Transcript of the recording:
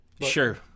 Sure